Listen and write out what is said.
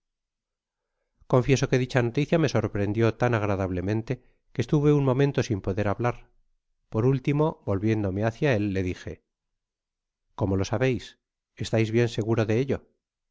confieso que dicha noticia me sorprendio tan agrada blemente que estuve un momento sin poder hablar por último volviéndome hácia él dije cómo lo sabeis estais bien seguro de ello